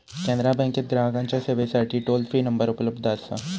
कॅनरा बँकेत ग्राहकांच्या सेवेसाठी टोल फ्री नंबर उपलब्ध असा